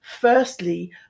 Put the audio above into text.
firstly